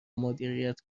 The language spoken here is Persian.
مدیریت